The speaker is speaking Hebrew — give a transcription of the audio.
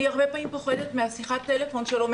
אני הרבה פעמים פוחדת משיחת הטלפון שלו,